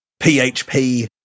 PHP